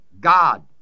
God